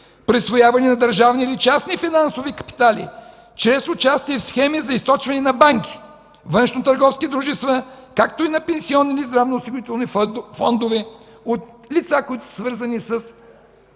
присвояване на държавни или частни финансови капитали чрез участие в схеми за източване на банки, външно-търговски дружества, както и на пенсионните и здравноосигурителни фондове от лица, които са свързани със